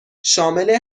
شامل